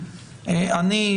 אני,